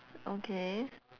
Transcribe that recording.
okay